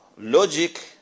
logic